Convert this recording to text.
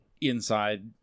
inside